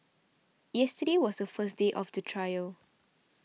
yesterday was the first day of the trial